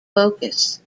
focus